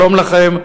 שלום לכם,